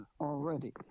already